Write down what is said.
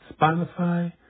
Spotify